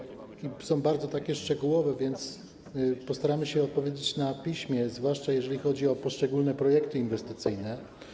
Są one bardzo szczegółowe, więc postaramy się odpowiedzieć na piśmie, zwłaszcza jeżeli chodzi o poszczególne projekty inwestycyjne.